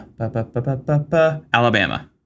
Alabama